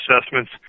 assessments